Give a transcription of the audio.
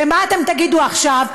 ומה אתם תגידו עכשיו?